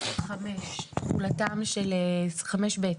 סעיף 5(ב),